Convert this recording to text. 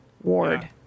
ward